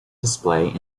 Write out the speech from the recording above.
display